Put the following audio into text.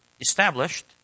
established